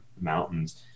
mountains